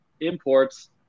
imports